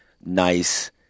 nice